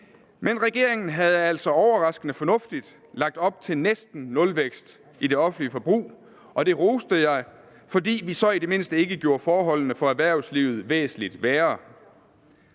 Men regeringen havde altså overraskende fornuftigt lagt op til næsten nulvækst i det offentlige forbrug, og det roste jeg, fordi vi i det mindste så ikke gjorde forholdene for erhvervslivet væsentlig værre.